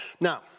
Now